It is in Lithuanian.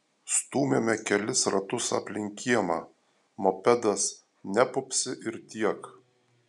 stūmėme kelis ratus aplink kiemą mopedas nepupsi ir tiek